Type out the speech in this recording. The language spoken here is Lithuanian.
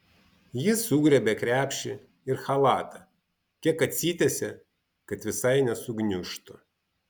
ji sugriebia krepšį ir chalatą kiek atsitiesia kad visai nesugniužtų